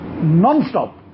non-stop